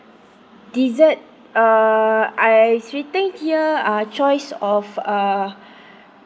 dessert uh I actually think here uh choice of uh